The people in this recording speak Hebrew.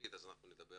עברית נדבר